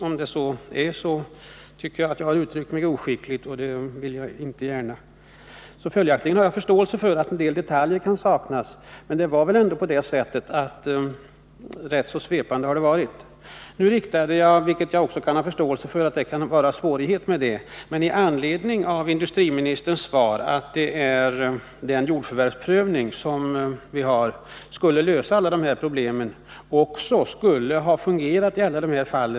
Har jag givit det intrycket måste jag ha uttryckt mig oskickligt, och det vill jag inte gärna. Jag har följaktligen förståelse för att detaljer kan saknas, men svaret var väl ändå rätt så svepande. Jag ställde en fråga med anledning av industriministerns svar att den jordförvärvsprövning som vi har skulle lösa alla de här problemen och att den också skulle ha fungerat i alla dessa fall.